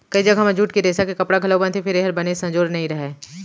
कइ जघा म जूट के रेसा के कपड़ा घलौ बनथे फेर ए हर बने संजोर नइ रहय